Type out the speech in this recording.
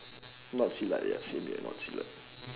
not silat ya same here not silat